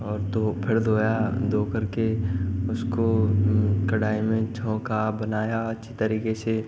और तो फ़िर धोया दो करके उसको कड़ाई में छोंका बनाया अच्छी तरीके से